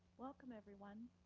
welcome, everyone.